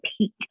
peak